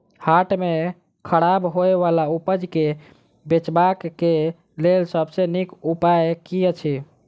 हाट मे खराब होय बला उपज केँ बेचबाक क लेल सबसँ नीक उपाय की अछि?